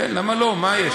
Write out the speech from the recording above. כן, למה לא, מה יש?